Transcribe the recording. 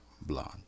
Blonde